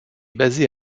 basée